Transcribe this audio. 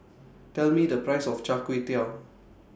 Tell Me The Price of Char Kway Teow